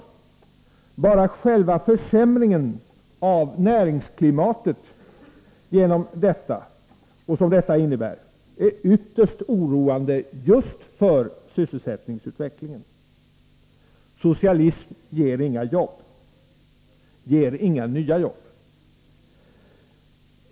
Enbart själva den försämring av näringsklimatet som detta innebär är ytterst oroande just för sysselsättningsutvecklingen. Socialismen ger inga nya jobb.